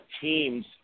teams